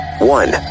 One